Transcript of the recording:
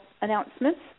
announcements